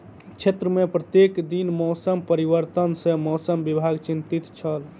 क्षेत्र में प्रत्येक दिन मौसम परिवर्तन सॅ मौसम विभाग चिंतित छल